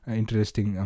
interesting